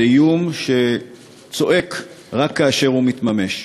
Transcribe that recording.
זה איום שצועק רק כאשר הוא מתממש.